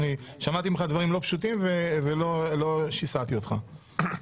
שמעתי ממך דברים לא פשוטים ולא שיסעתי אותך.